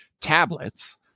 tablets